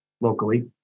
locally